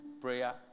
prayer